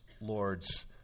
Lord's